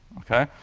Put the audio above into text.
ok?